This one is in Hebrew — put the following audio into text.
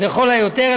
לכל היותר,